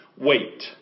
wait